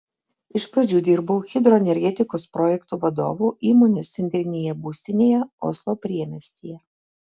iš pradžių dirbau hidroenergetikos projektų vadovu įmonės centrinėje būstinėje oslo priemiestyje